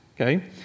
Okay